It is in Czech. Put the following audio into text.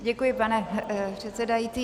Děkuji, pane předsedající.